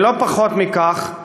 ולא פחות מכך,